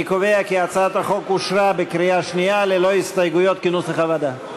אני קובע כי הצעת החוק אושרה בקריאה שנייה ללא הסתייגויות כנוסח הוועדה.